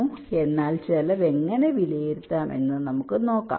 അതിനാൽ ചെലവ് എങ്ങനെ വിലയിരുത്താം എന്ന് നമുക്ക് നോക്കാം